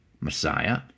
Messiah